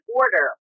order